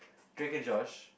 drag-and-josh